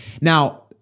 Now